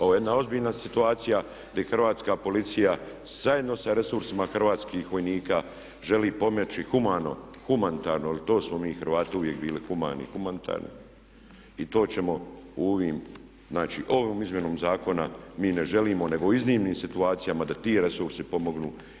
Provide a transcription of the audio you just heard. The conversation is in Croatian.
Ovo je jedna ozbiljna situacija gdje hrvatska policija zajedno sa resursima hrvatskih vojnika želi pomoći humanitarno, jer to smo mi Hrvati uvijek bili humani i humanitarni i to ćemo u ovim, znači ovom izmjenom zakona mi ne želimo nego u iznimnim situacijama da ti resursi pomognu.